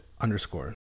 underscore